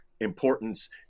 importance